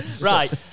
Right